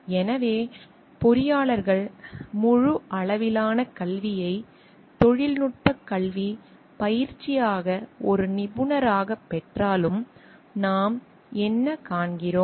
எனவே பொறியாளர்கள் முழு அளவிலான கல்வியை தொழில்நுட்பக் கல்விப் பயிற்சியாக ஒரு நிபுணராகப் பெற்றாலும் நாம் என்ன காண்கிறோம்